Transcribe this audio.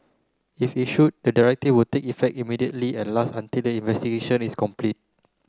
if issued the directive will take effect immediately and last the investigation is complete